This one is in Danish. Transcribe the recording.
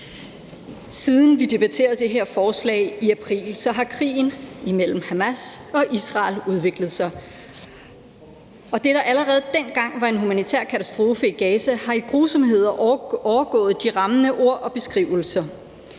Siden vi debatterede det her forslag i april, har krigen mellem Hamas og Israel udviklet sig. Det, der allerede dengang var en humanitær katastrofe i Gaza, har i grusomhed overgået de rammende ord og beskrivelser.